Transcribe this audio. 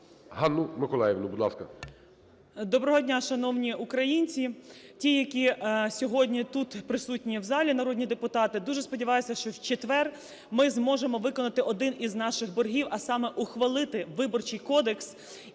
Ганну Миколаївну. Будь ласка. 10:40:30 ГОПКО Г.М. Доброго дня, шановні українці, ті, які сьогодні тут присутні в залі народні депутати. Дуже сподіваюся, що в четвер ми зможемо виконати один із наших боргів, а саме: ухвалити Виборчий кодекс.